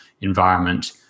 environment